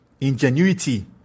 Ingenuity